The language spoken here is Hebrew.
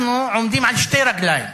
אנחנו עומדים על שתי רגליים: